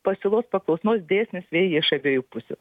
pasiūlos paklausnos dėsnis veikia iš abiejų pusių